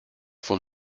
von